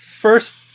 First